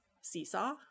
Seesaw